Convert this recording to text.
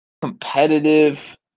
competitive